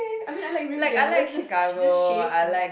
okay I mean I like Riverdale like just just shameful